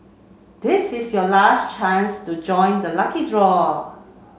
this is your last chance to join the lucky draw